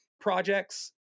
projects